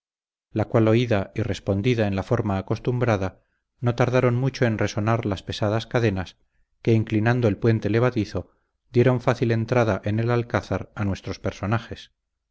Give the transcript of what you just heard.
la cual oída y respondida en la forma acostumbrada no tardaron mucho en resonar las pesadas cadenas que inclinando el puente levadizo dieron fácil entrada en el alcázar a nuestros personajes